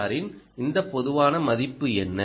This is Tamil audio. ஆரின் இந்த பொதுவான மதிப்பு என்ன